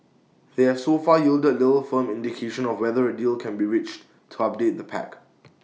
they have so far yielded little firm indication of whether A deal can be reached to update the pact